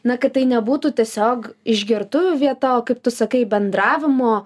na kad tai nebūtų tiesiog išgertuvių vieta o kaip tu sakai bendravimo